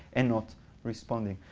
and not responding.